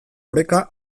oreka